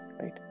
Right